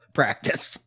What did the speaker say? practice